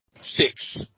Six